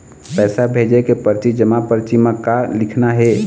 पैसा भेजे के परची जमा परची म का लिखना हे?